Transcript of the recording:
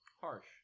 harsh